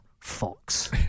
Fox